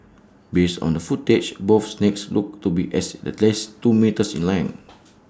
based on the footage both snakes looked to be as at least two metres in length